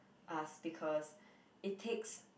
us because it takes